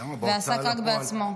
ועסק רק בעצמו.